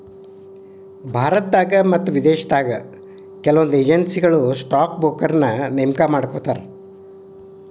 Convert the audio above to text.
ಭಾರತದಾಗ ಮತ್ತ ವಿದೇಶದಾಗು ಕೆಲವೊಂದ್ ಏಜೆನ್ಸಿಗಳು ಸ್ಟಾಕ್ ಬ್ರೋಕರ್ನ ನೇಮಕಾ ಮಾಡ್ಕೋತಾರ